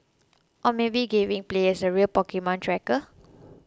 or maybe giving players a real Pokemon tracker